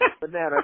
banana